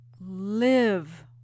Live